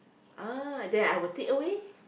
ah then I will takeaway